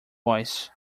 voice